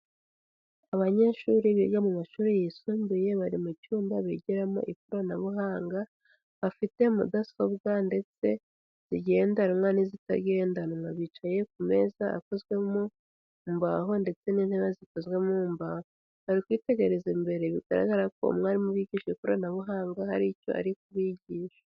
Abanyeshuri biga mu mashuri yisumbuye bari mu cyumba bigiramo ikoranabuhanga, bafite mudasobwa ndetse zigendanwa n'izitagendanwa. Bicaye ku meza akozwe mu mbaho ndetse n'intebe zikozwe mu mbaho. Bari kwitegereza imbere bigaragara ko umwarimu ubigisha ikoranabuhanga hari icyo ari kubigisha.